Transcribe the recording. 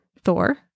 Thor